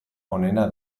onena